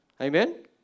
Amen